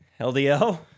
LDL